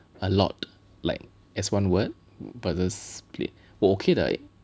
a lot like as one word but the split 我 okay 的